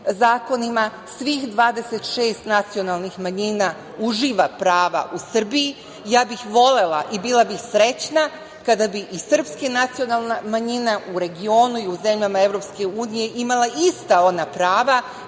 zakonima, svih 26 nacionalnih manjina uživa prava u Srbiji. Volela bih i bila bih srećna kada bi i srpska nacionalna manjina u regionu i zemljama EU imala ista ona prava